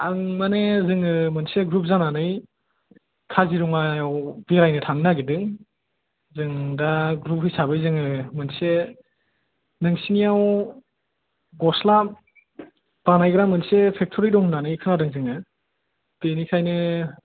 आं माने जोङो मोनसे ग्रुप जानानै काजिरङायाव बेरायनो थांनो नागिरदों जों दा ग्रुप हिसाबै जोङो मोनसे नोंसिनियाव गस्ला बानायग्रा मोनसे फेकटरि दं होननानै खोनादों जोङो बिनिखायनो